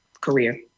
career